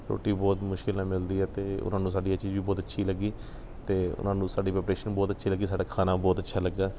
ਰੋਟੀ ਬਹੁਤ ਮੁਸ਼ਕਿਲ ਨਾਲ਼ ਮਿਲਦੀ ਹੈ ਅਤੇ ਉਹਨਾਂ ਨੂੰ ਸਾਡੀ ਇਹ ਚੀਜ਼ ਵੀ ਬਹੁਤ ਅੱਛੀ ਲੱਗੀ ਅਤੇ ਉਹਨਾਂ ਨੂੰ ਸਾਡੀ ਪ੍ਰੇਪਰੇਸ਼ਨ ਬਹੁਤ ਅੱਛੀ ਲੱਗੀ ਸਾਡਾ ਖਾਣਾ ਬਹੁਤ ਅੱਛਾ ਲੱਗਾ